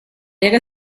era